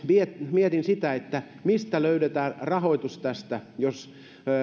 mietin sitä mistä löydetään rahoitus tähän jos